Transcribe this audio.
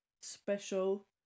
special